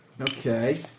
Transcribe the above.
Okay